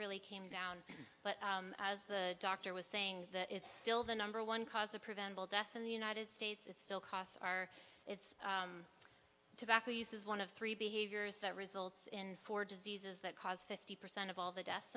really came down but as the doctor was saying that it's still the number one cause of preventable death in the united states it's still costs are it's tobacco use is one of three behaviors that results in four diseases that cause fifty percent of all the deaths